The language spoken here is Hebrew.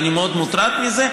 ואני מאוד מוטרד מזה.